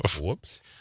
Whoops